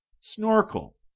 Snorkel